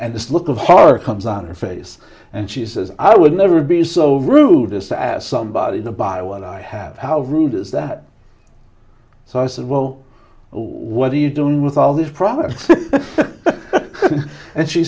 and this look of horror comes on her face and she says i would never be so rude as to ask somebody to buy what i have how rude is that so i said well what are you doing with all these products and she